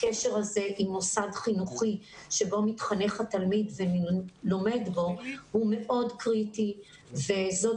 הקשר הזה עם מוסד חינוכי שבו מתחנך התלמיד ולומד בו הוא מאוד קריטי וזאת